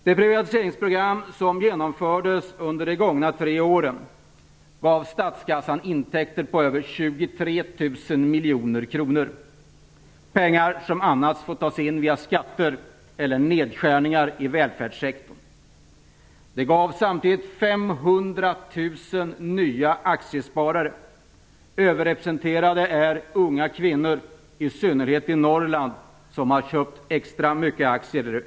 Det privatiseringsprogram som genomfördes under de gångna tre åren gav statskassan intäkter på över 23 000 miljoner kronor, pengar som annars fått tas in via skatter eller nedskärningar i välfärdssektorn. Det gav samtidigt 500 000 nya aktiesparare. Överrepresenterade är unga kvinnor, i synnerhet i Norrland. De har köpt extra mycket aktier.